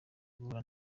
guhura